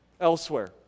elsewhere